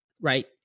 right